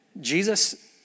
Jesus